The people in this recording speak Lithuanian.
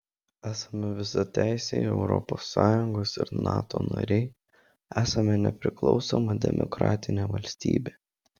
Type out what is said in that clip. esame visateisiai europos sąjungos ir nato nariai esame nepriklausoma demokratinė valstybė